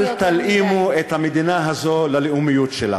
אל תלאימו את המדינה הזאת ללאומיות שלה.